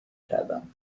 کردم